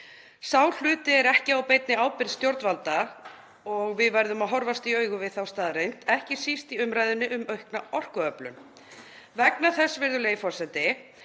Sá hluti er ekki á beinni ábyrgð stjórnvalda og við verðum að horfast í augu við þá staðreynd, ekki síst í umræðunni um aukna orkuöflun. Virðulegi forseti.